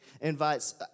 invites